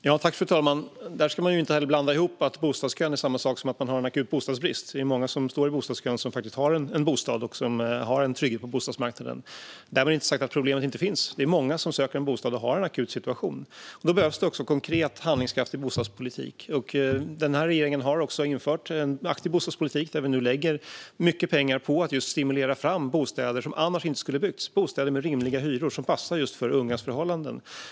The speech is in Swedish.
Fru talman! Man ska inte blanda ihop det. Att stå i bostadskön är inte samma sak som att man har en akut bostadsbrist. Många som står i bostadskön har faktiskt en bostad och en trygghet på bostadsmarknaden. Därmed inte sagt att problemet inte finns. Det är många som söker bostad och har en akut situation. Då behövs det också konkret, handlingskraftig bostadspolitik. Den här regeringen har infört en aktiv bostadspolitik där vi nu lägger mycket pengar på att just stimulera fram bostäder som annars inte skulle ha byggts - bostäder med rimliga hyror som passar just för ungas förhållanden.